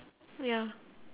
ya